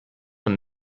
man